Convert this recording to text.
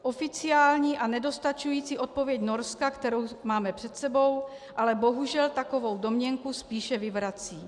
Oficiální a nedostačující odpověď Norska, kterou máme před sebou, ale bohužel takovou domněnku spíše vyvrací.